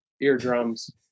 eardrums